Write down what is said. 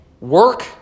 work